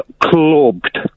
Clubbed